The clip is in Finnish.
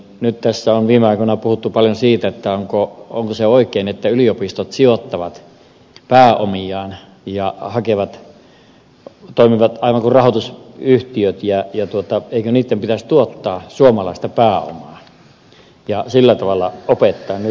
nyt tässä on viime aikoina puhuttu paljon siitä onko se oikein että yliopistot sijoittavat pääomiaan ja toimivat aivan kuin rahoitusyhtiöt ja eikö niitten pitäisi tuottaa suomalaista pääomaa ja sillä tavalla opettaa nyt